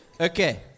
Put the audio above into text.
Okay